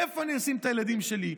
איפה אני אשים את הילדים שלי?